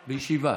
בישיבה.